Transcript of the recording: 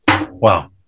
Wow